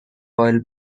oil